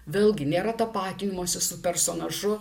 vėlgi nėra tapatinimosi su personažu